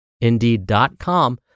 indeed.com